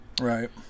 Right